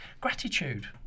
gratitude